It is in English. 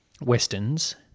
Westerns